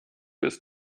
ist